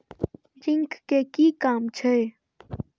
Zinc के कि काम छै?